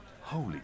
Holy